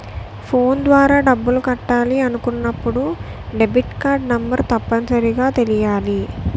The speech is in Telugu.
ఫోన్ ద్వారా డబ్బులు కట్టాలి అనుకున్నప్పుడు డెబిట్కార్డ్ నెంబర్ తప్పనిసరిగా తెలియాలి